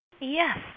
Yes